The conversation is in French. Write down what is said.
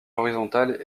horizontal